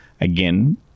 Again